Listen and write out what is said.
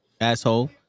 asshole